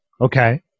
Okay